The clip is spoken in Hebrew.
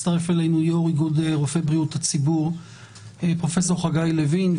הצטרף אלינו יושב-ראש איגוד רופאי בריאות הציבור פרופסור חגי לוין,